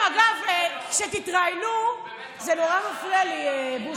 זה בכלל לא בשבילו.